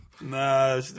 Nah